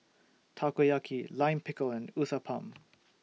Takoyaki Lime Pickle and Uthapam